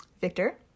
Victor